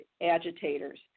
agitators